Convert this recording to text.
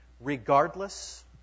Regardless